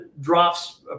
drops